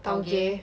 tau gay